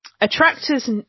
Attractor's